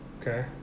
Okay